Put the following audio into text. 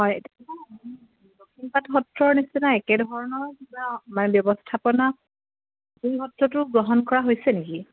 হয় দক্ষিণপাট সত্ৰৰ নিচিনা একেধৰণৰ কিবা মানে ব্যৱস্থাপনা সত্ৰটো গ্ৰহণ কৰা হৈছে নেকি